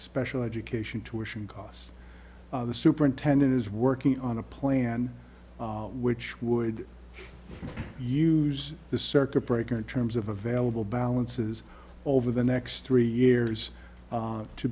special education tuitions cost the superintendent is working on a plan which would use this circuit breaker in terms of available balances over the next three years